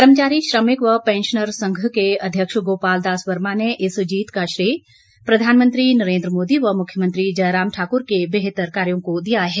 कर्मचारी श्रमिक व पेंशनर संघ के अध्यक्ष गोपाल दास वर्मा ने इस जीत का श्रेय प्रधानमंत्री नरेन्द्र मोदी व मुख्यमंत्री जयराम ठाक्र के बेहतर कार्यो को दिया है